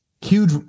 Huge